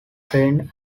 trained